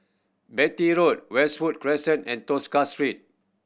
Beatty Road Westwood Crescent and Tosca Street